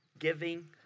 giving